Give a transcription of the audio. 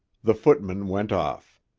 the footman went off.